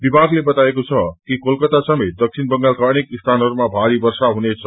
विभागले बताएको छ कि कोलकाता समेत दक्षिण बंगालका अनेक स्थानहरूमा भारी वष्प हुनेछ